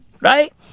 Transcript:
Right